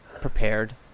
prepared